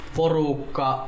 porukka